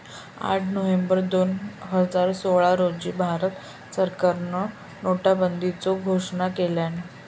आठ नोव्हेंबर दोन हजार सोळा रोजी भारत सरकारान नोटाबंदीचो घोषणा केल्यान